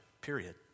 period